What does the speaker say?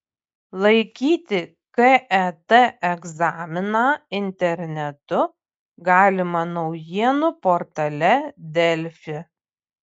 laikyti ket egzaminą internetu galima naujienų portale delfi